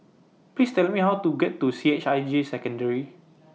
Please Tell Me How to get to C H I J Secondary